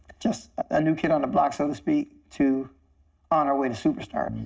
just a new kid on the block, so to speak, to on her way to superstardom.